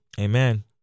Amen